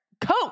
coat